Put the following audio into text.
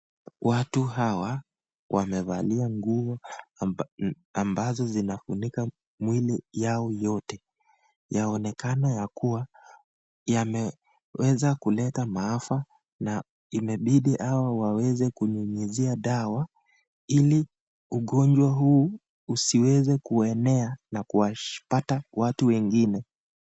Watu hawa wamevalia nguo ambazo zinafunika mwilo yote, yanoneakana ya kuwa yameweza kuleta maafa inabidi hao waweze kunyunyuzia dawa ili ugonjwa huu usiweze kuenea na kupata watu wengine.